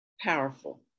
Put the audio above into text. powerful